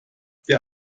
der